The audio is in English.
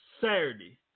Saturday